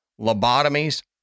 lobotomies